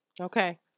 Okay